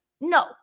No